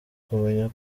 kumenya